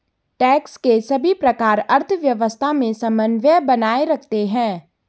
tax के सभी प्रकार अर्थव्यवस्था में समन्वय बनाए रखते हैं